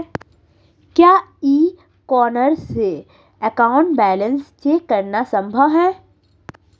क्या e corner से account balance check करना संभव है?